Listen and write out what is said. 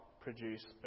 produce